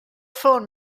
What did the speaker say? phone